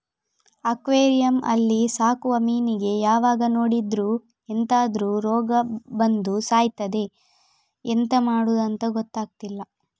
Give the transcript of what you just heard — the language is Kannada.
ಅಕ್ವೆರಿಯಂ ಅಲ್ಲಿ ಸಾಕುವ ಮೀನಿಗೆ ಯಾವಾಗ ನೋಡಿದ್ರೂ ಎಂತಾದ್ರೂ ರೋಗ ಬಂದು ಸಾಯ್ತದೆ ಎಂತ ಮಾಡುದಂತ ಗೊತ್ತಾಗ್ತಿಲ್ಲ